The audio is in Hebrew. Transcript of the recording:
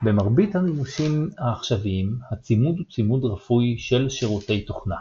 במרבית המימושים העכשוויים הצימוד הוא צימוד רפוי של שירותי תוכנה.